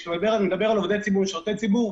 כשאתה מדבר על עובדי ציבור ומשרתי ציבור,